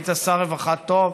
והיית שר רווחה טוב,